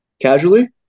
Casually